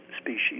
species